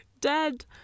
dead